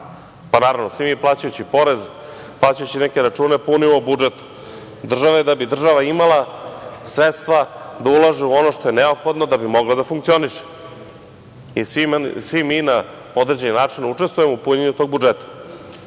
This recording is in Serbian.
Pa, naravno, svi mi plaćajući porez, plaćajući neke račune, punimo budžet države, da bi država imala sredstva da ulaže u ono što je neophodno da bi mogla da funkcioniše. Svi mi na određeni način učestujemo u punjenju tog budžeta